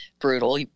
brutal